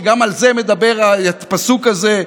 וגם עליהם מדבר הפסוק הזה.